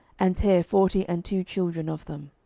and tare forty and two children of them.